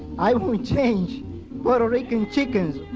i won't change puerto rican chickens,